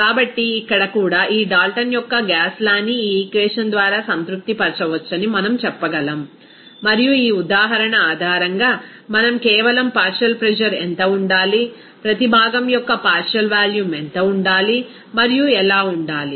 కాబట్టి ఇక్కడ కూడా ఈ డాల్టన్ యొక్క గ్యాస్ లా ని ఈ ఈక్వేషన్ ద్వారా సంతృప్తిపరచవచ్చని మనం చెప్పగలం మరియు ఈ ఉదాహరణ ఆధారంగా మనం కేవలం పార్షియల్ ప్రెజర్ ఎంత ఉండాలి ప్రతి భాగం యొక్క పార్షియల్ వాల్యూమ్ ఎంత ఉండాలి మరియు ఎలా ఉండాలి